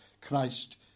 Christ